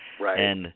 Right